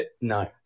No